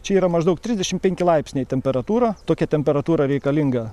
čia yra maždaug trisdešim penki laipsniai temperatūra tokia temperatūra reikalinga